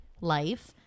life